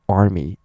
army